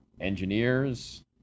engineers